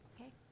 Okay